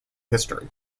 history